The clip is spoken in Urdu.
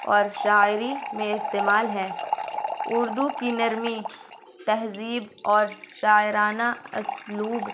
اور شاعری میں استعمال ہے اردو کی نرمی تہذیب اور شاعرانہ اسلوب